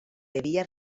devia